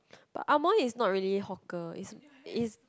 but amoy is not really hawker is is